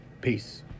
Peace